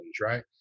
right